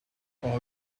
are